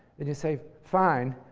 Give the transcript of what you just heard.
and you say, fine.